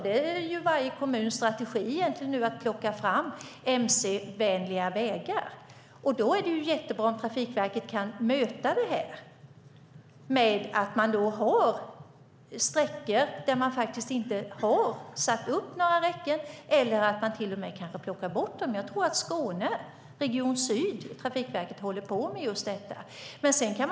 Det är nästan varje kommuns strategi att ta fram mc-vänliga vägar, och då är det jättebra om Trafikverket kan möta detta genom att ha sträckor där man inte har satt upp räcken eller kanske till och med genom att man tar bort räcken. Jag tror att Trafikverket Region Syd håller på med just detta i Skåne.